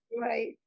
Right